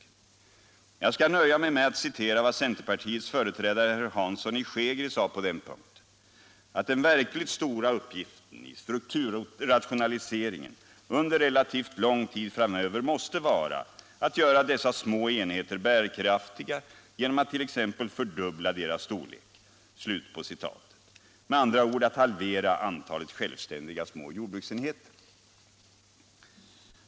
Jag skall emellertid nöja mig med att återge vad centerpartiets företrädare herr Hansson i Skegrie sade på den punkten, nämligen att den verkligt stora uppgiften i strukturrationaliseringen under relativt lång tid framöver måste vara att göra dessa små enheter bärkraftiga genom att t.ex. fördubbla deras storlek. Så uttryckte sig alltså herr Hansson i Skegrie. Med andra ord: att halvera antalet självständiga små jordbruksenheter.